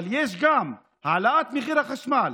אבל יש גם העלאת מחיר החשמל,